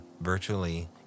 virtually